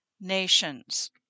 nations